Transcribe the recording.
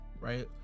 right